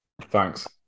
Thanks